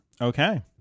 Okay